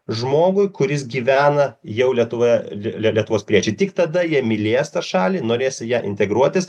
žmogui kuris gyvena jau lietuvoje lietuvos piliečiui tik tada jie mylės tą šalį norės į ją integruotis